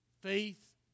Faith